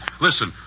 Listen